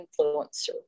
influencer